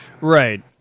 Right